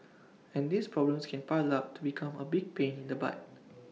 and these problems can pile up to become A big pain in the butt